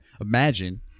imagine